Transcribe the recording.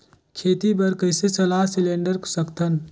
खेती बर कइसे सलाह सिलेंडर सकथन?